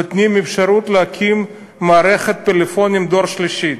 אנחנו נותנים אפשרות להקים מערכת פלאפונים דור שלישי.